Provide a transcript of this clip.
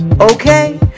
Okay